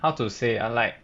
how to say ah like